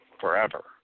forever